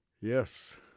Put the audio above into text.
Yes